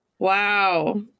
Wow